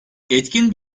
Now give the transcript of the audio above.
etkin